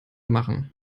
machen